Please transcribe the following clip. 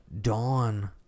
Dawn